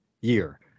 year